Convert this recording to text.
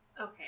Okay